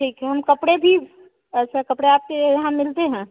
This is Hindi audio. ठीक है हम कपड़े भी अच्छा कपड़ा आपके यहाँ मिलते हैं